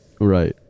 Right